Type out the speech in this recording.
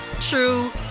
true